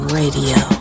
radio